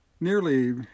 nearly